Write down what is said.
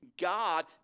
God